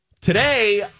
Today